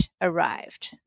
arrived